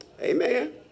amen